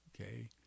Okay